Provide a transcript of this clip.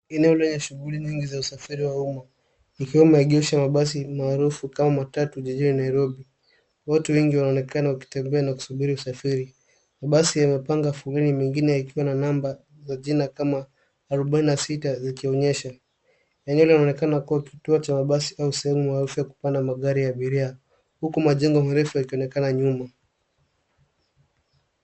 Eneo lenye shughuli nyingi za usafiri wa umma likiwa maegesho ya basi maarufu kama matatu jijini Nairobi. Watu wengi wanaonekana wakitembea na kusubiri usafiri. Mabasi yamepanga foleni mengine yakiwa na namba za jina kama arobaini na sita zikionyesha. Eneo linaonekana kuwa kituo cha mabasi au sehemu maarufu ya kupanda magari ya abiria huku majengo marefu yakionekana nyuma.